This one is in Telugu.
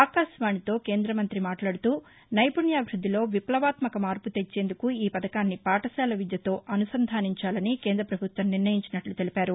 ఆకాశవాణితో కేందమంతి మాట్లాదుతూ నైపుణ్యాభివృద్దిలో విప్లవాత్మక మార్పు తెచ్చేందుకు ఈ పథకాన్ని పాఠశాల విద్యతో అనుసంధానించాలని కేంద్ర ప్రభుత్వం నిర్ణయించినట్లు తెలిపారు